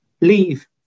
leave